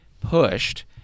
pushed